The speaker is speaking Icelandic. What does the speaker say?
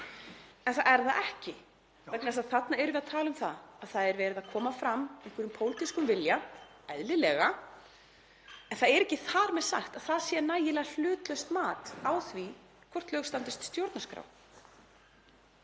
en það er það ekki vegna þess að þarna erum við að tala um það að það er verið að koma fram einhverjum pólitískum vilja, eðlilega, en það er ekki þar með sagt að það sé nægilega hlutlaust mat á því hvort lög standist stjórnarskrá.